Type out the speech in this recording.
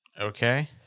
okay